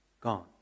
gone